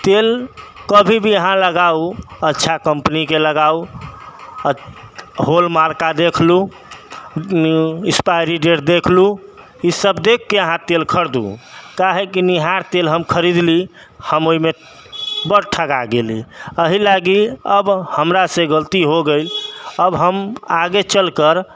तेल कभी भी अहाँ लगाउ अच्छा कम्पनीके लगाउ हॉलमार्क देखलू एक्सपाइरी डेट देखलू ईसब देखिकऽ अहाँ तेल खरिदू कियाकि निहार तेल हम खरीदली हम ओहिमे बड़ ठगा गेली एहि लागी अब हमरासँ गलती हो गेल अब हम आगे चलिकऽ